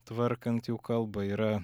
tvarkant jų kalbą yra